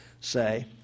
say